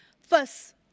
First